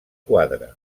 quadre